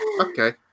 okay